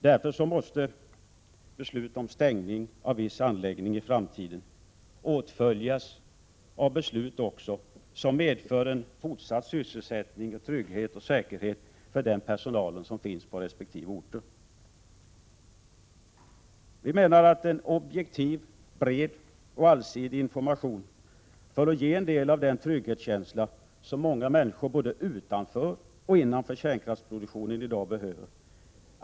Därför måste beslut om stängning av viss anläggning i framtiden också åtföljas av beslut som medför en fortsatt sysselsättning, trygghet och säkerhet för den personal som finns på resp. orter. Vi menar att en objektiv, bred och allsidig information bör ge en del av den trygghetskänsla som många människor både utanför och innanför kärnkraftsproduktionen i dag behöver.